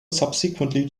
subsequently